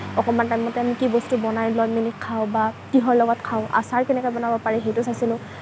অকণমান টাইমতে আমি কি বস্তু বনাই লৈ মেলি খাওঁ বা কিহৰ লগত খাওঁ আচাৰ কেনেকৈ বনাব পাৰি সেইটো চাইছিলোঁ